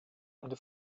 eine